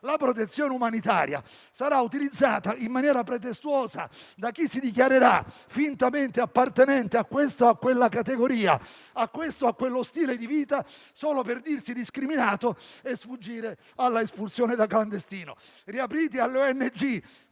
La protezione umanitaria sarà utilizzata in maniera pretestuosa da chi si dichiarerà fintamente appartenente a questa o a quella categoria, a questo o a quello stile di vita solo per dirsi discriminato e sfuggire all'espulsione da clandestino. Riaprite alle ONG.